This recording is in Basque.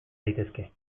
daitezke